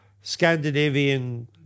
Scandinavian